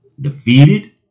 Defeated